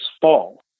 fall